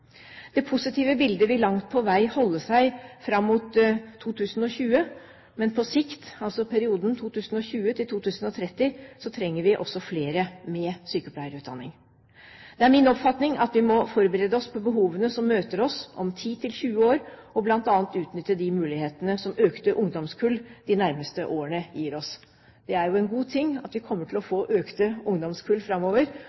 Det positive bildet vil langt på vei holde seg fram mot 2020. Men på sikt, altså i perioden 2020–2030, trenger vi også flere med sykepleierutdanning. Det er min oppfatning at vi må forberede oss på behovene som møter oss om 10–20 år, og bl.a. utnytte de mulighetene som økte ungdomskull de nærmeste årene gir oss. Det er jo en god ting at vi kommer til å